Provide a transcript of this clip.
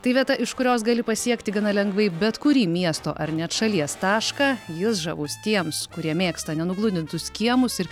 tai vieta iš kurios gali pasiekti gana lengvai bet kurį miesto ar net šalies tašką jis žavus tiems kurie mėgsta nugludintus kiemus ir